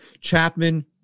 chapman